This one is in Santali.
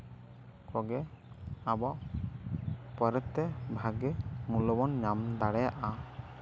ᱠᱚᱜᱮ ᱟᱵᱚ ᱯᱚᱨᱮᱛᱮ ᱵᱷᱟᱹᱜᱤ ᱢᱩᱞᱞᱚ ᱵᱚᱱ ᱧᱟᱢ ᱫᱟᱲᱮᱭᱟᱜᱼᱟ